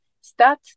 start